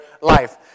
life